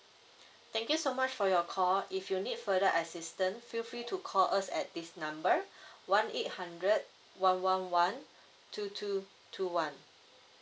thank you so much for your call if you need further assistance feel free to call us at this number one eight hundred one one one two two two one